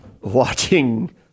watching